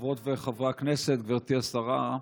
חברות וחברי הכנסת, גברתי השרה,